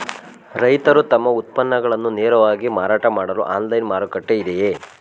ರೈತರು ತಮ್ಮ ಉತ್ಪನ್ನಗಳನ್ನು ನೇರವಾಗಿ ಮಾರಾಟ ಮಾಡಲು ಆನ್ಲೈನ್ ಮಾರುಕಟ್ಟೆ ಇದೆಯೇ?